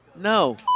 No